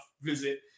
visit